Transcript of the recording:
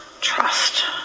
trust